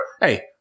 Hey